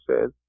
says